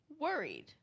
Worried